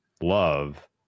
Love